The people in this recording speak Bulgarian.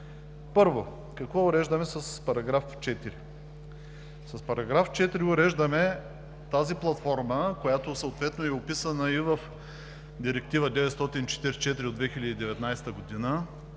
Първо, какво уреждаме с § 4? С § 4 уреждаме тази платформа, която съответно е описана и в Директива 944 от 2019 г.,